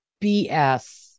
BS